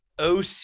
OC